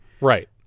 right